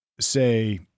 say